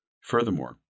Furthermore